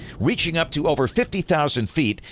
reaching up to over fifty thousand feet,